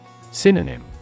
Synonym